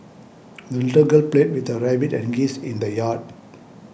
the little girl played with her rabbit and geese in the yard